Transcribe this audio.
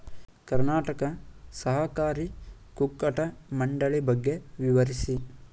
ಕರ್ನಾಟಕ ಸಹಕಾರಿ ಕುಕ್ಕಟ ಮಂಡಳಿ ಬಗ್ಗೆ ವಿವರಿಸಿ?